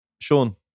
Sean